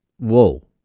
Whoa